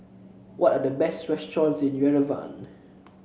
what are the best restaurants in Yerevan